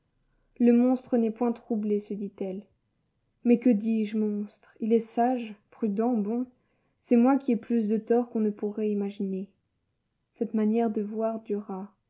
le monstre n'est point troublé se dit-elle mais que dis-je monstre il est sage prudent bon c'est moi qui ai plus de torts qu'on ne pourrait imaginer cette manière de voir dura